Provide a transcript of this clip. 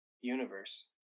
universe